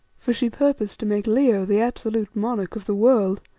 for she purposed to make leo the absolute monarch of the world.